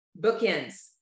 Bookends